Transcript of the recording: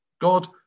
God